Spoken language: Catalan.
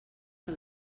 que